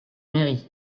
mairie